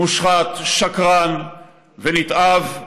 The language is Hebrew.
מושחת, שקרן ונתעב,